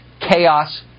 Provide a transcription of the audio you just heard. chaos